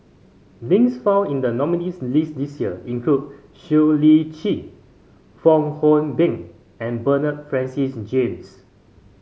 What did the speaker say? names found in the nominees' list this year include Siow Lee Chin Fong Hoe Beng and Bernard Francis James